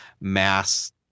mass –